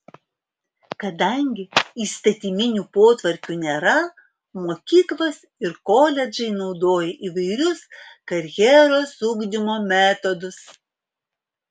kadangi įstatyminių potvarkių nėra mokyklos ir koledžai naudoja įvairius karjeros ugdymo metodus